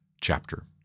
chapter